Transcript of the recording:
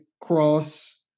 cross